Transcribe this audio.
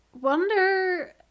wonder